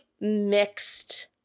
mixed